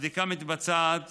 הבדיקה מתבצעת